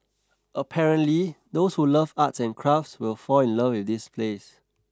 apparently those who love arts and crafts will fall in love with this place